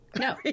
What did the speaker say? No